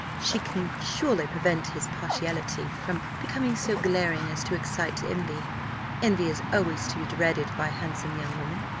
she can surely prevent his partiality from becoming so glaring as to excite envy envy is always to be dreaded by handsome young women,